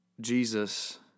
Jesus